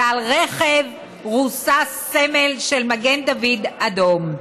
ועל רכב רוסס סמל של מגן דוד אדום,